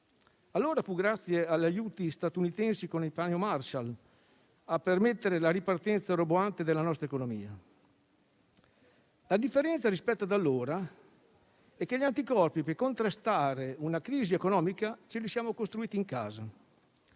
Allora furono gli aiuti statunitensi con il Piano Marshall a permettere la ripartenza roboante della nostra economia; la differenza rispetto ad allora è che gli anticorpi per contrastare una crisi economica ce li siamo costruiti in casa.